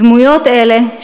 דמויות אלה,